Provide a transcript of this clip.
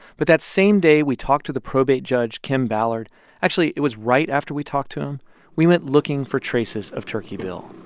but that same day we talked to the probate judge, kim ballard actually, it was right after we talked to him we went looking for traces of turkey bill